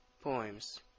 poems